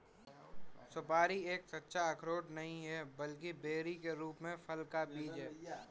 सुपारी एक सच्चा अखरोट नहीं है, बल्कि बेरी के रूप में फल का बीज है